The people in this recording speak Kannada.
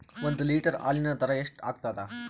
ಒಂದ್ ಲೀಟರ್ ಹಾಲಿನ ದರ ಎಷ್ಟ್ ಆಗತದ?